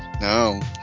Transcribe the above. No